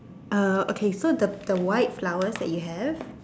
uh okay so the the white flowers that you have